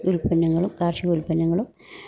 ഉൽപ്പന്നങ്ങളും കാർഷിക ഉൽപ്പന്നങ്ങളും